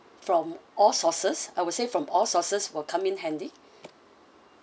from all sources I would say from all sources will come in handy